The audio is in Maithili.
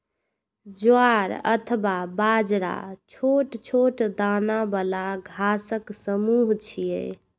ज्वार अथवा बाजरा छोट छोट दाना बला घासक समूह छियै